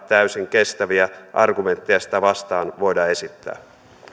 täysin kestäviä argumentteja sitä vastaan voida esittää